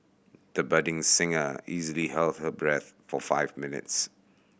the budding singer easily held her breath for five minutes